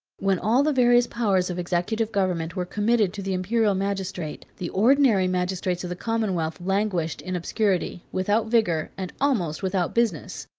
when all the various powers of executive government were committed to the imperial magistrate, the ordinary magistrates of the commonwealth languished in obscurity, without vigor, and almost without business.